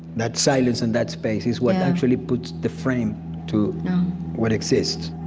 that silence and that space is what actually puts the frame to what exists